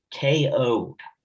KO'd